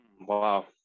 Wow